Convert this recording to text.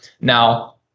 now